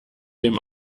dem